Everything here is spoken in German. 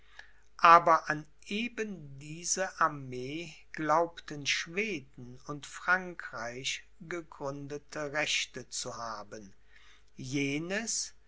aber an eben diese armee glaubten schweden und frankreich gegründete rechte zu haben jenes